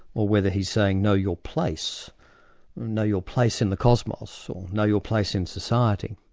or whether he's saying, know your place know your place in the cosmos, or know your place in society.